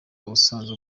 asanzwe